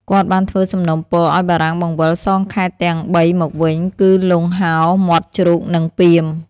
គាត់បានធ្វើសំណូមពរឱ្យបារាំងបង្វិលសងខេត្តទាំងបីមកវិញ គឺលង់ហោរ មាត់ជ្រូក និងពាម។